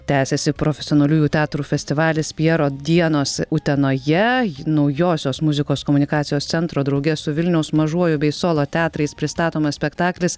tęsiasi profesionaliųjų teatrų festivalis pjero dienos utenoje naujosios muzikos komunikacijos centro drauge su vilniaus mažuoju bei solo teatrais pristatomas spektaklis